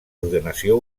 ordenació